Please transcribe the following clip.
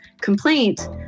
complaint